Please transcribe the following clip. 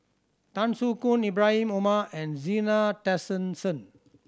Tan Soo Khoon Ibrahim Omar and Zena Tessensohn